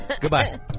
Goodbye